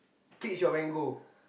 peach or mango